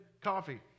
coffee